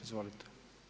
Izvolite.